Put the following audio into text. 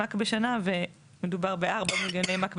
מ"ק בשנה" ומדובר ב-4 מיליוני מ"ק בשנה.